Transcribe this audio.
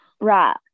Right